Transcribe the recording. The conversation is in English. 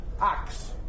ox